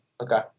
Okay